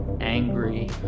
angry